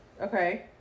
Okay